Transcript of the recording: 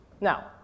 Now